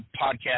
Podcast